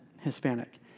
Hispanic